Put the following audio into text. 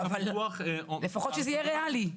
לפחות שזה יהיה ריאלי.